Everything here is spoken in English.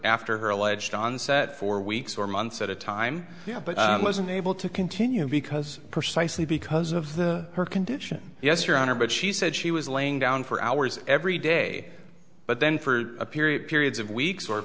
after her alleged onset for weeks or months at a time yeah but was unable to continue because precisely because of the her condition yes your honor but she said she was laying down for hours every day but then for a period periods of weeks or